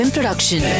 Production